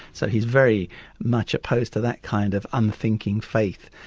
so he's very much opposed to that kind of unthinking faith.